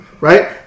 right